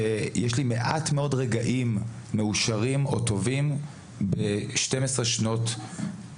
שיש לי מעט מאוד רגעים מאושרים או טובים ב-12 שנותיי